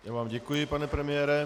Já vád děkuji, pane premiére.